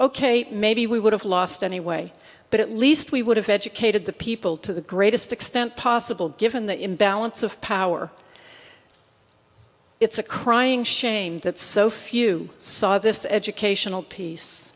ok maybe we would have lost anyway but at least we would have educated the people to the greatest extent possible given the imbalance of power it's a crying shame that so few saw this educational piece